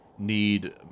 Need